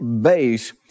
base